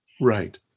Right